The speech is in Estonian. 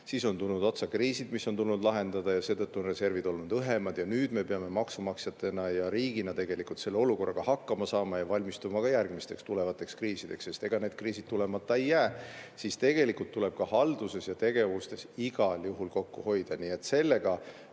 siis on tulnud otsa kriisid, mis on tulnud lahendada, ja seetõttu on reservid olnud õhemad, ning nüüd me peame maksumaksjatena ja riigina selle olukorraga hakkama saama ja valmistuma ka järgmisteks tulevasteks kriisideks, sest ega need kriisid tulemata ei jää, siis tegelikult tuleb ka halduses ja tegevustes igal juhul kokku hoida. Nii et sellega,